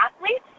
athletes